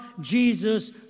Jesus